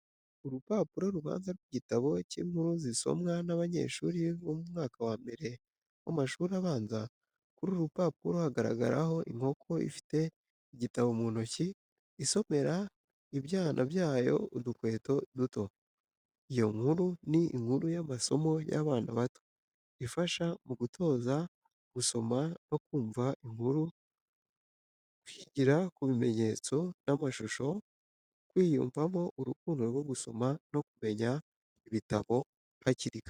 Urupapuro rubanza rw'igitabo cy'inkuru zisomwa n'abanyeshuri bo mu mwaka wa mbere w'amashuri abanza. Kuri uru rupapuro hagaragaraho inkoko ifite igitabo mu ntoki isomera ibyana byayo udukweto duto. Iyo nkuru ni inkuru y’amasomo y’abana bato, ifasha mu gutoza gusoma no kumva inkuru, kwigira ku bimenyetso n’amashusho, kwiyumvamo urukundo rwo gusoma no kumenya ibitabo hakiri kare.